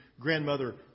grandmother